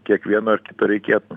kiekvieno reikėtų